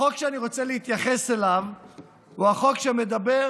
החוק שאני רוצה להתייחס אליו הוא החוק שמדבר